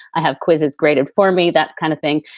i have quizzes graded for me, that kind of thing.